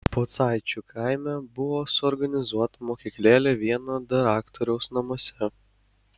pocaičių kaime buvo suorganizuota mokyklėlė vieno daraktoriaus namuose